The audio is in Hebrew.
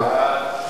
מי נמנע?